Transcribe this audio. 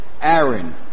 Aaron